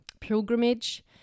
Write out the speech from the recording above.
pilgrimage